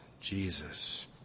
Jesus